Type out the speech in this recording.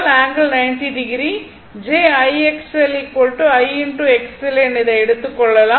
j I XL I XL என இதை அதை எடுத்துக் கொள்ளலாம்